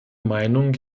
meinung